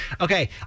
Okay